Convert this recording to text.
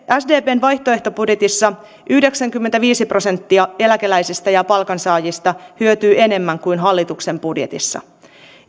sdpn vaihtoehtobudjetissa yhdeksänkymmentäviisi prosenttia eläkeläisistä ja palkansaajista hyötyy enemmän kuin hallituksen budjetissa